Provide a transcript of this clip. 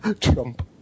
Trump